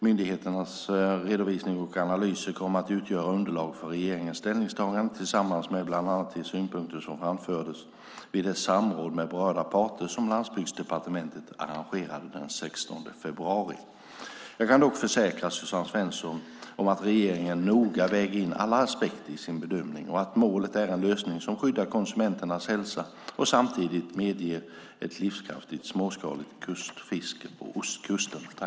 Myndigheternas redovisning och analyser kommer att utgöra underlag för regeringens ställningstagande, tillsammans med bland annat de synpunkter som framfördes vid det samråd med berörda parter som Landsbygdsdepartementet arrangerade den 16 februari. Jag kan dock försäkra Suzanne Svensson att regeringen noga väger in alla aspekter i sin bedömning och att målet är en lösning som skyddar konsumenternas hälsa och samtidigt medger ett livskraftigt småskaligt kustfiske på ostkusten.